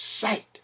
sight